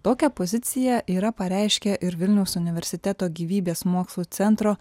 tokią poziciją yra pareiškę ir vilniaus universiteto gyvybės mokslų centro